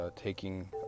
taking